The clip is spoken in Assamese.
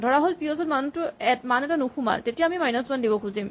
ধৰাহ'ল পিঅ'ছ টোত মান এটা নোসোমাল তেতিয়া আমি মাইনাচ ৱান দিব খুজিম